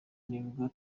nibwo